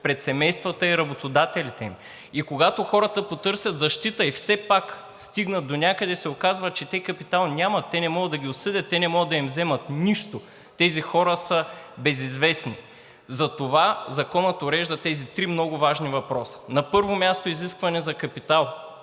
пред семействата и работодателите им. Когато хората потърсят защита и все пак стигнат донякъде, се оказва, че те капитал нямат. Те не могат да ги осъдят. Те не могат да им вземат нищо. Тези хора са безизвестни. Затова Законът урежда тези три много важни въпроса. На първо място, изискване за капитал.